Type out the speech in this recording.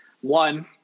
one